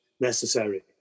necessary